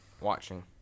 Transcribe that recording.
watching